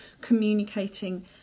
communicating